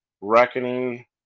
reckoning